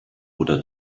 oder